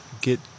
get